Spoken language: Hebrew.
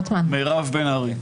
מירב בן ארי.